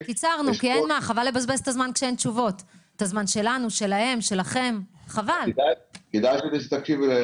את נתת לי את כל הסיבות להרים את הקול שלי כי